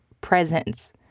presence